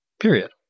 period